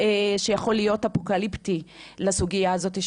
שיכול להיות אפוקליפטי לסוגייה הזאת.